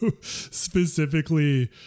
specifically